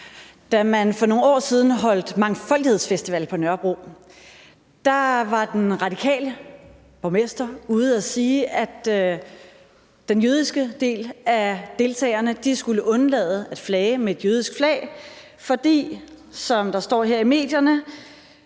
Da man for nogle år siden holdt mangfoldighedsfestival på Nørrebro, var den radikale borgmester ude at sige, at den jødiske del af deltagerne skulle undlade at flage med et jødisk dag, fordi, som der står her i medierne,